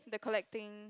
the collecting